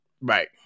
Right